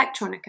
electronica